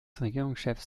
regierungschef